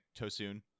Tosun